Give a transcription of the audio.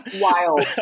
Wild